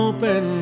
Open